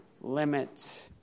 limit